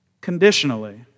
Conditionally